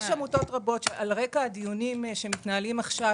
יש עמותות רבות שעל רקע הדיונים שמתנהלים עכשיו